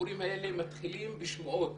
הסיפורים האלה מתחילים בשמועות